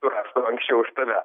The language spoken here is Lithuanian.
surastų anksčiau už tave